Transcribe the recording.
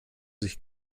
sich